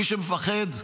מי שמפחד,